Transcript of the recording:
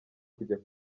kujya